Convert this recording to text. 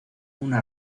una